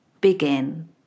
begin